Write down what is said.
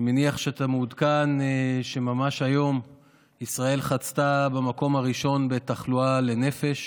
אני מניח שאתה מעודכן שממש היום ישראל חצתה למקום הראשון בתחלואה לנפש